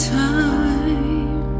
time